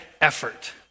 effort